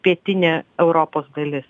pietinė europos dalis